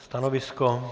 Stanovisko?